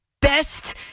best